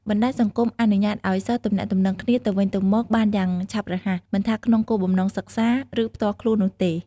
បណ្ដាញសង្គមអនុញ្ញាតឱ្យសិស្សទំនាក់ទំនងគ្នាទៅវិញទៅមកបានយ៉ាងឆាប់រហ័ស មិនថាក្នុងគោលបំណងសិក្សា ឬផ្ទាល់ខ្លួននោះទេ។